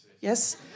Yes